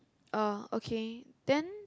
uh okay